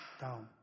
down